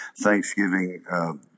Thanksgiving